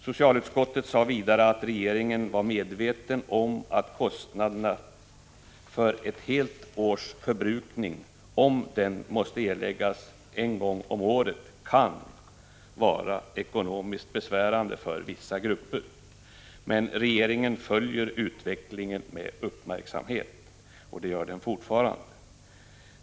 Socialutskottet sade vidare att regeringen var medveten om att kostnaderna för ett helt års förbrukning — om de måste erläggas vid ett och samma tillfälle — kan vara ekonomiskt besvärande för vissa grupper men att regeringen följde utvecklingen med uppmärksamhet, och det gör den fortfarande.